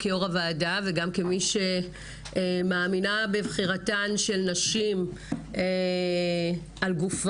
כיושבת-ראש הוועדה וגם כמי שמאמינה בבחירתן של נשים על גופן,